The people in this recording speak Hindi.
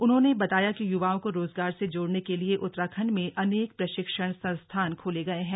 उन्होंने बताया कि युवाओं को रोजगार से जोड़ने के लिए उत्तराखण्ड में अनेक प्रशिक्षण संस्थान खोले गये हैं